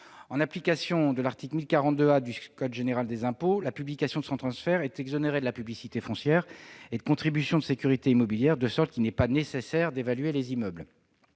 En application de l'article 1042 A du code général des impôts, la publication de ce transfert est exonérée de taxe de publicité foncière et de contribution de sécurité immobilière, de sorte qu'il n'est pas nécessaire d'évaluer les immeubles.